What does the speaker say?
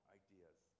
ideas